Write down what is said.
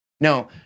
No